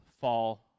fall